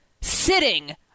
sitting